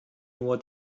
nur